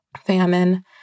famine